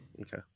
okay